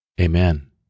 Amen